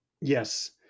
Yes